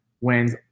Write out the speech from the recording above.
wins